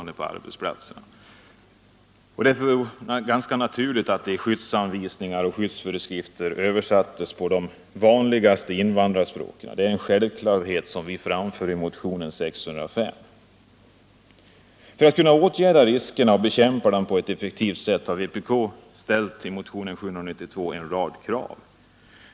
Det vore ganska naturligt om skyddsanvisningar och skyddsföreskrifter översattes till de vanligaste invandrarspråken. Det är en självklarhet som vpk framför i motionen 605. För att kunna åtgärda riskerna och bekämpa dem på ett effektivt sätt har vpk i motionen 792 ställt en rad krav.